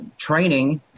Training